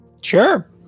Sure